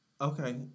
Okay